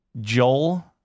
Joel